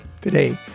Today